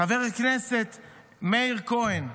חבר הכנסת מאיר כהן,